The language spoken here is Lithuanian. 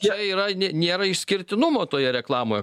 čia yra nėra išskirtinumo toje reklamoje